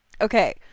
okay